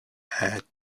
had